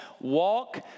Walk